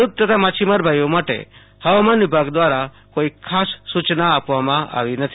ખેડૂત તથા માછીમાર ભાઈઓ માટે હવામાન વિભાગ દ્વારા કોઈ ખાસ સુચના આપવામાં આવી નથી